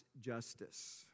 justice